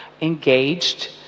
engaged